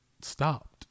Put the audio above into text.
stopped